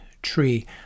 tree